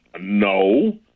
No